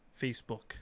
Facebook